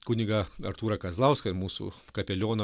kunigą artūrą kazlauską ir mūsų kapelioną